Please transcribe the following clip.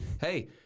hey